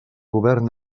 govern